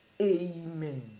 Amen